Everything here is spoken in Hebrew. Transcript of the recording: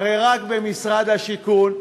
הרי רק במשרד השיכון,